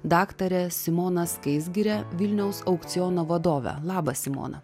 daktare simona skaisgire vilniaus aukciono vadove labas simona